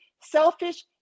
selfish